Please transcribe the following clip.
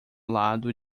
lado